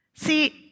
See